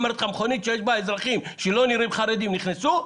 אמרתי לך: מכונית שיש בה אזרחים שלא נראים חרדים נכנסה,